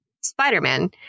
Spider-Man